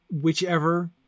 whichever